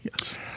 Yes